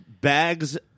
bags